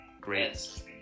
great